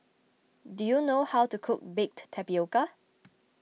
do you know how to cook Baked Tapioca